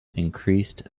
increased